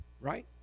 right